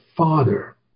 Father